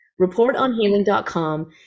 reportonhealing.com